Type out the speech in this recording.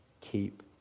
Keep